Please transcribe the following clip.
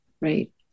Right